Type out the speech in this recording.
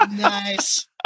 Nice